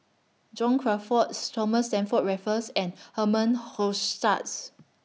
John Crawfurd's Thomas Stamford Raffles and Herman Hochstadt's